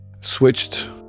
switched